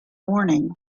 morning